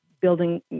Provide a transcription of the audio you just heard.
building